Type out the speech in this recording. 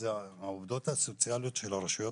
אלא גם העובדות הסוציאליות של הרשויות